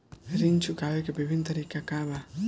ऋण चुकावे के विभिन्न तरीका का बा?